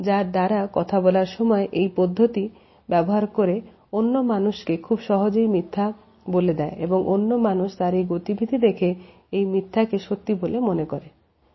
যার দ্বারা কথা বলার সময় এই পদ্ধতি ব্যবহার করে অন্য মানুষ কে খুব সহজেই মিথ্যা বলে দেয় এবং অন্য মানুষ তার এই গতিবিধি দেখে এই মিথ্যাকে সত্যি বলে মেনে নেয়